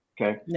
Okay